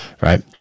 right